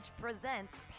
presents